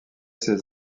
ses